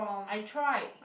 I tried